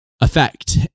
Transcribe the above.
effect